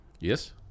Yes